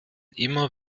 immer